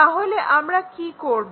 তাহলে আমরা কি করব